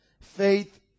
faith